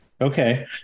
Okay